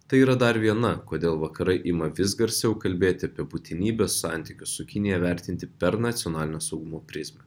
tai yra dar viena kodėl vakarai ima vis garsiau kalbėti apie būtinybę santykius su kinija vertinti per nacionalinio saugumo prizmę